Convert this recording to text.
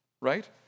right